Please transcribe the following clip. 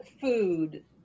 food